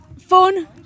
Fun